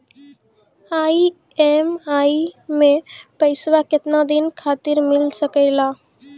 EMI मैं पैसवा केतना दिन खातिर मिल सके ला?